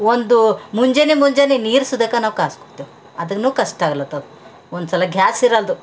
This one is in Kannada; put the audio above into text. ಒಂದು ಮುಂಜಾನೆ ಮುಂಜಾನೆ ನೀರು ಸೇದೋಕೆ ನಾವು ಕಾಸು ಕೊಡ್ತೇವೆ ಅದನ್ನು ಕಷ್ಟ ಆಗ್ಲತ್ತದ ಒಂದ್ಸಲ ಗ್ಯಾಸ್ ಇರಲ್ದು